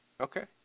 Okay